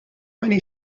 many